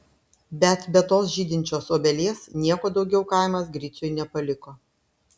bet be tos žydinčios obelies nieko daugiau kaimas griciui nepaliko